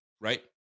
right